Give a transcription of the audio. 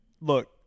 Look